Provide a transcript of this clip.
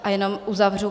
A jenom uzavřu.